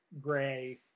gray